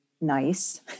nice